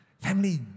Family